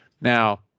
Now